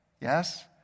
Yes